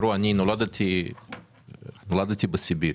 נולדתי בסיביר.